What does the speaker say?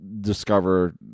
discover